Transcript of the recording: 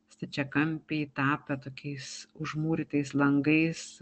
stačiakampiai tapę tokiais užmūrytais langais